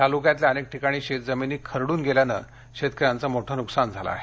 तालुक्यातल्या अनेक ठिकाणी शेतजमिनी खरडून गेल्यानं शेतकऱ्यांचं मोठ नुकसान झालं आहे